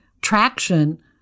traction